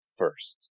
first